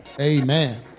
Amen